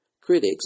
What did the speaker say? Critics